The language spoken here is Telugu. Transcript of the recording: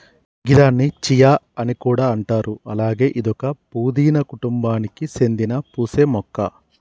గిదాన్ని చియా అని కూడా అంటారు అలాగే ఇదొక పూదీన కుటుంబానికి సేందిన పూసే మొక్క